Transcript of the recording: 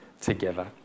together